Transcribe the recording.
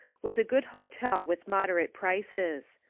was a good hotel with moderate prices.